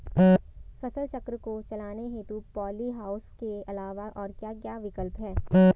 फसल चक्र को चलाने हेतु पॉली हाउस के अलावा और क्या क्या विकल्प हैं?